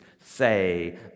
say